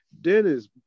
Dennis